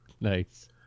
Nice